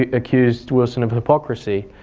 ah accused wilson of hypocrisy,